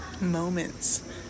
moments